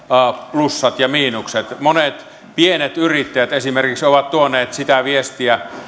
plussat ja miinukset monet pienet yrittäjät esimerkiksi ovat tuoneet sitä viestiä